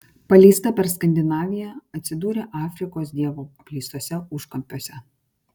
paleista per skandinaviją atsidūrė afrikos dievo apleistuose užkampiuose